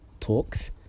Talks